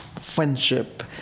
friendship